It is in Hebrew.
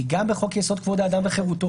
כי גם בחוק יסוד: כבוד האדם וחירותו